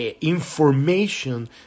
information